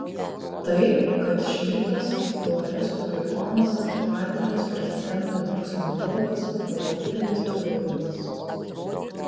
tai kad šmidtas buvo respublikonas ir artimas prezidento niksono draugas buvo didelis privalumas